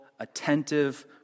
attentive